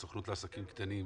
מהסוכנות לעסקים קטנים,